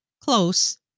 close